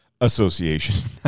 Association